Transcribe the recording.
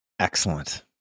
Excellent